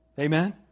Amen